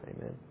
Amen